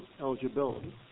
eligibility